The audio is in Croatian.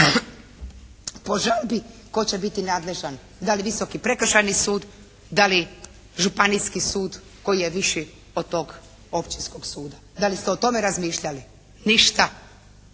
po žalbi tko će biti nadležan da li Visoko prekršajni sud, da li Županijski sud koji je viši od tog Općinskog suda. Da li ste o tome razmišljali? Ništa!